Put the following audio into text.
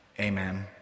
Amen